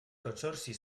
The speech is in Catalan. consorci